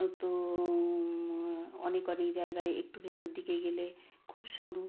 তো অনেক অনেক জায়গায় একটু ভেতর দিকে গেলে খুব সরু